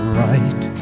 right